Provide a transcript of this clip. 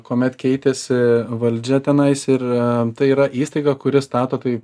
kuomet keitėsi valdžia tenai ir tai yra įstaiga kuri stato tai